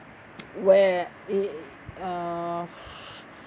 where it uh